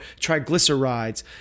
triglycerides